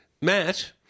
Matt